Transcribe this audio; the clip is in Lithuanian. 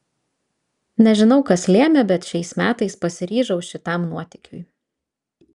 nežinau kas lėmė bet šiais metais pasiryžau šitam nuotykiui